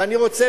ואני רוצה,